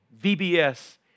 VBS